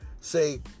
say